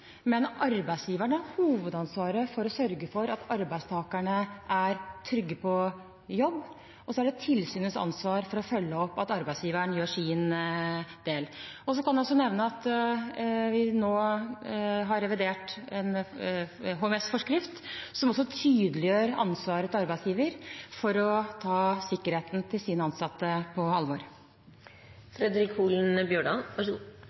men arbeidsgiveren har hovedansvaret for å sørge for at arbeidstakerne er trygge på jobb, og så er det tilsynets ansvar å følge opp at arbeidsgiveren gjør sin del. Jeg kan også nevne at vi nå har revidert en HMS-forskrift, som også tydeliggjør ansvaret til arbeidsgiver for å ta sikkerheten til sine ansatte på